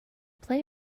play